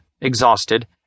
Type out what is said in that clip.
exhausted